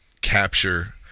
capture